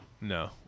No